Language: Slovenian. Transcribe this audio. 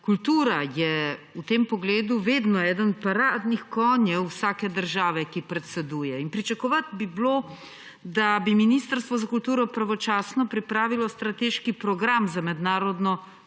kultura je v tem pogledu vedno eden paradnih konjev vsake države, ki predseduje. Pričakovati bi bilo, da bi Ministrstvo za kulturo pravočasno pripravilo strateški program za mednarodno